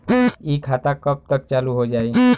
इ खाता कब तक चालू हो जाई?